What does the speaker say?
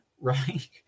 right